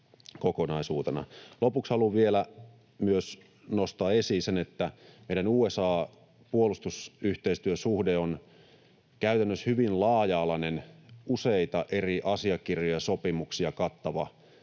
kokonaisuutena. Lopuksi haluan vielä nostaa esiin myös sen, että meidän USA-puolustusyhteistyösuhde on käytännössä hyvin laaja-alainen, useita eri asiakirjoja, sopimuksia kattava